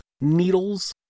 needles